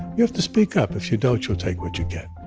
you have to speak up. if you don't, you'll take what you get.